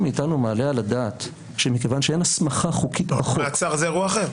מעצר זה אירוע אחר.